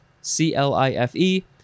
C-L-I-F-E